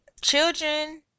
Children